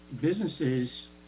businesses